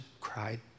cried